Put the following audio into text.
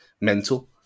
mental